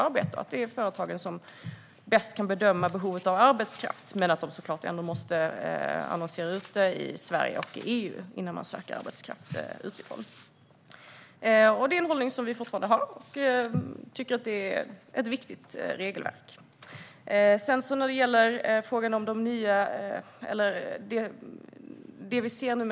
Det är företagen som bäst kan bedöma behovet av arbetskraft, men de måste såklart först annonsera ut det i Sverige och i EU innan de söker arbetskraft utifrån. Denna hållning har vi fortfarande, och vi tycker att regelverket är viktigt.